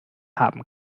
haben